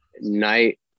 Night